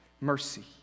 mercy